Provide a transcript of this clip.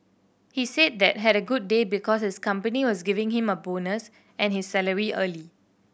he said that had a good day because his company was giving him a bonus and his salary early